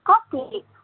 कति